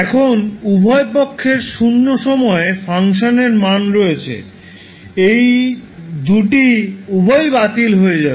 এখন উভয় পক্ষের শূন্য সময়ে ফাংশনের মান রয়েছে এই দুটি উভয়ই বাতিল হয়ে যাবে